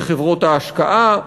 לחברות ההשקעה,